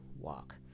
walk